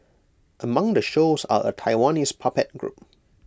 among the shows are A Taiwanese puppet group